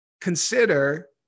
consider